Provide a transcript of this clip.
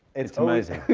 it's amazing,